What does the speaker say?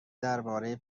درباره